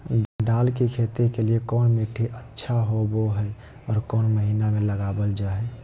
दाल की खेती के लिए कौन मिट्टी अच्छा होबो हाय और कौन महीना में लगाबल जा हाय?